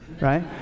right